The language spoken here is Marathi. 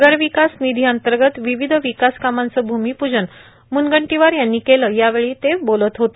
नगर विकास निधी अंतर्गत विविध विकास कामांचं भूमिप्जन म्नगंटीवार यांनी केलं यावेळी ते बोलत होते